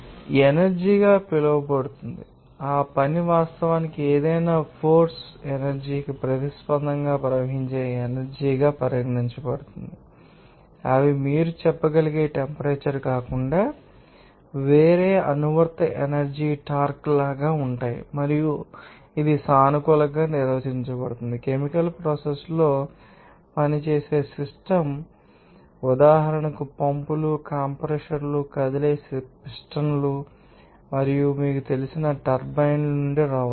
కాబట్టి అది పని ఎనర్జీ గా పిలువబడుతుంది మరియు ఆ పని వాస్తవానికి ఏదైనా ఫోర్స్ ఎనర్జీ కి ప్రతిస్పందనగా ప్రవహించే ఎనర్జీ గా పరిగణించబడుతుంది అవి మీరు చెప్పగలిగే టెంపరేచర్ కాకుండా వేరే అనువర్తిత ఎనర్జీ టార్క్ లాగా ఉంటాయి మరియు ఇది సానుకూలంగా నిర్వచించబడుతుంది కెమికల్ ప్రోసెస్ లలో పని చేసే సిస్టమ్ ఉదాహరణకు పంపులు కంప్రెషర్లు కదిలే పిస్టన్లు మరియు మీకు తెలిసిన టర్బైన్ల నుండి రావచ్చు